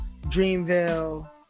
Dreamville